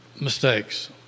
mistakes